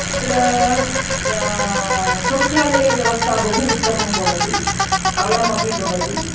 अत्र शौचालयव्यवस्था बहु उत्तमं भवति सरलमपि भवति